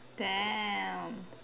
damn